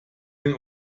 den